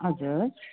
हजुर